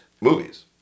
movies